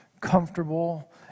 comfortable